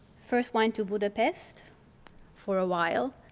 first went to budapest for a while,